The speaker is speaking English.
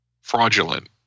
fraudulent